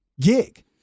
gig